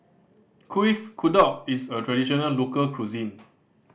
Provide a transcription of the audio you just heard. Kuih Kodok is a traditional local cuisine